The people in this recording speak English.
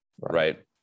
right